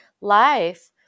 life